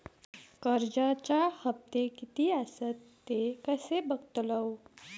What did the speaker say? कर्जच्या हप्ते किती आसत ते कसे बगतलव?